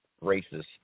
races